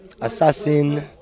Assassin